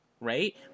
right